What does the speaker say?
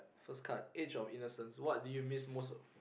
first cut age of innocence what did you miss most